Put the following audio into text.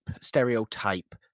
stereotype